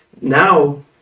now